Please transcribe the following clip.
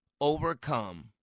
overcome